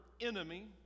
enemy